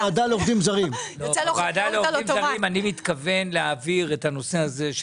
בוועדה לעובדים זרים אני מתכוון להעביר גם את הנושא הזה,